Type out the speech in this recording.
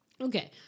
okay